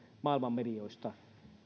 maailman medioista